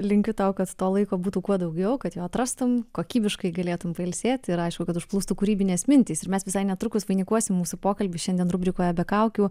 linkiu tau kad to laiko būtų kuo daugiau kad jo atrastum kokybiškai galėtum pailsėt ir aišku kad užplūstų kūrybinės mintys ir mes visai netrukus vainikuosim mūsų pokalbį šiandien rubrikoje be kaukių